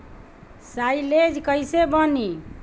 Silage कईसे बनी?